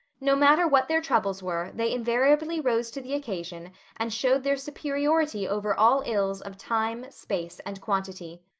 no matter what their troubles were, they invariably rose to the occasion and showed their superiority over all ills of time, space, and quantity.